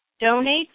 donate